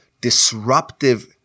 disruptive